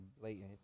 blatant